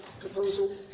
proposal